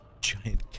Giant